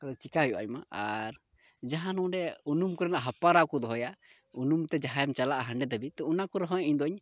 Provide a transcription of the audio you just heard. ᱟᱫᱚ ᱪᱤᱠᱟᱭ ᱦᱩᱭᱩᱜᱼᱟ ᱟᱭᱢᱟ ᱟᱨ ᱡᱟᱦᱟᱸ ᱚᱸᱰᱮ ᱩᱱᱩᱢ ᱠᱚᱨᱮᱱᱟᱜ ᱦᱟᱯᱨᱟᱣ ᱠᱚ ᱫᱚᱦᱚᱭᱟ ᱩᱱᱩᱢ ᱛᱮ ᱡᱟᱦᱟᱸᱭᱮᱢ ᱪᱟᱞᱟᱜᱼᱟ ᱦᱟᱸᱰᱮ ᱫᱷᱟᱹᱵᱤᱡ ᱛᱚ ᱚᱱᱟ ᱠᱚᱨᱮ ᱦᱚᱸ ᱤᱧ ᱫᱚᱧ